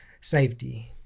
Safety